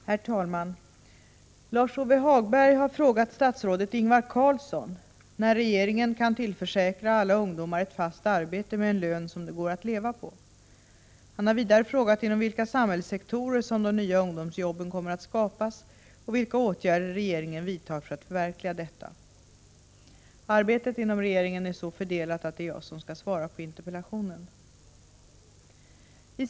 Herr talman! Lars-Ove Hagberg har frågat statsrådet Ingvar Carlsson när regeringen kan tillförsäkra alla ungdomar ett fast arbete med en lön som det går att leva på. Han har vidare frågat inom vilka samhällssektorer som de nya ungdomsjobben kommer att skapas och vilka åtgärder regeringen vidtar för att förverkliga detta. Arbetet inom regeringen är så fördelat att det är jag som skall svara på interpellationen.